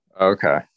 Okay